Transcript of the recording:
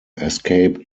escaped